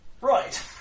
Right